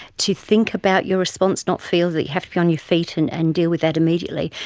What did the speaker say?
to think about your response, not feel that you have to be on your feet and and deal with that immediately,